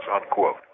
unquote